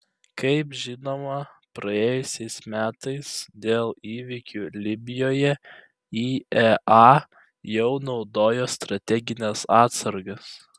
kaip žinoma praėjusiais metais dėl įvykių libijoje iea jau naudojo strategines atsargas